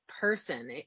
person